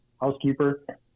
housekeeper